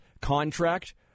contract